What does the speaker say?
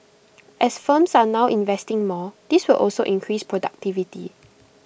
as firms are now investing more this will also increase productivity